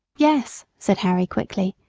yes, said harry quickly,